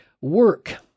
work